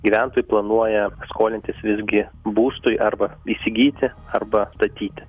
gyventojų planuoja skolintis visgi būstui arba įsigyti arba statyti